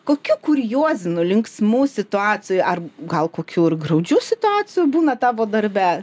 kokių kuriozinų linksmų situacijų ar gal kokių ir graudžių situacijų būna tavo darbe